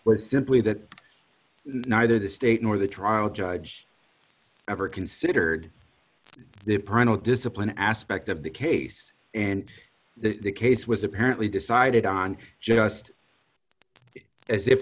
was simply that neither the state nor the trial judge ever considered the parental discipline aspect of the case and the case was apparently decided on just as if